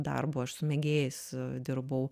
darbu aš su mėgėjais dirbau